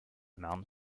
marne